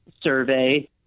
Survey